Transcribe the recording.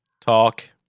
Talk